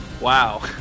Wow